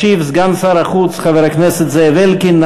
ישיב סגן שר החוץ, חבר הכנסת זאב אלקין.